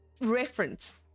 reference